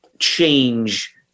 change